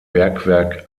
bergwerk